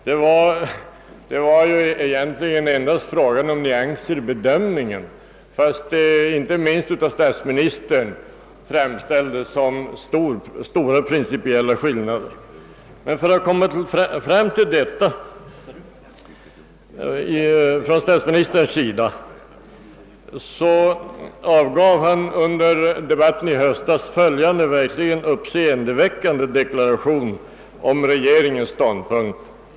Det var ju egentligen endast fråga om nyanser i bedömningen, men inte minst av statsministern framställdes det som stora principiella skillnader. För att statsministern skulle kunna komma fram till detta avgav han under debatten i höstas följande verkligen uppseendeväckande deklaration om regeringens ståndpunkt.